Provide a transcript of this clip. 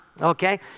okay